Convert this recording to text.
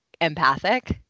empathic